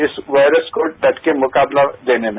इस वायरस को डट का मुकाबला देने में